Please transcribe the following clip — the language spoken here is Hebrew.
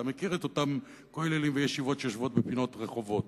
אתה מכיר את אותם כוללים וישיבות שיושבים בפינות רחובות.